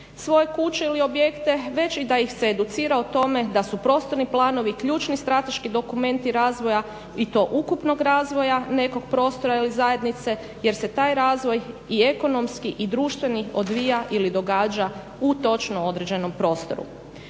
svoje kuće ili objekte već da ih se educira o tome da su prostorni planovi ključni strateški dokumenti razvoja i to ukupnog razvoja nekog prostora ili zajednice jer se taj razvoj i ekonomski i društveni odvija ili događa u točno određenom prostoru.